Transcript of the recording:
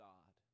God